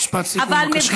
משפט סיכום, בבקשה.